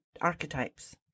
archetypes